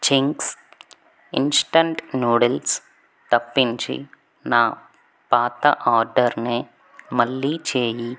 Ching's instant noodles తప్పించి నా పాత ఆర్డర్నె మళ్ళీ చెయ్యి